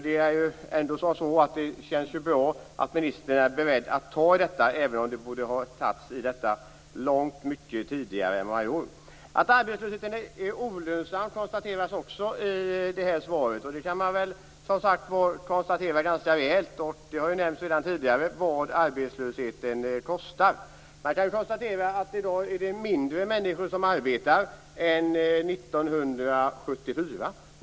Men det känns ändå bra att ministern är beredd att ta tag i detta, även om det borde ha gjorts mycket tidigare. Det konstateras också i svaret att arbetslösheten är olönsam. Det har nämnts tidigare vad arbetslösheten kostar. I dag arbetar färre människor än 1974.